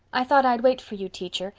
i thought i'd wait for you, teacher,